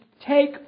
take